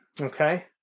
Okay